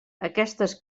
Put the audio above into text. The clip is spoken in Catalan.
aquestes